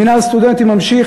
מינהל הסטודנטים ממשיך,